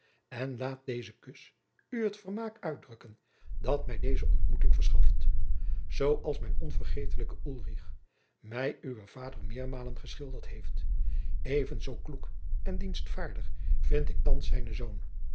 en laat deze kus u het vermaak uitdrukken dat mij deze ontmoeting verschaft zoo als mijn onvergetelijke ulrich mij uwen vader meermalen geschilderd heeft even zoo kloek en dienstvaardig vind ik thans zijnen zoon